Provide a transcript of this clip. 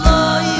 Love